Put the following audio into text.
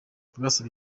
ndasaba